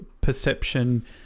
perception